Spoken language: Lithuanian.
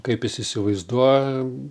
kaip jis įsivaizduoja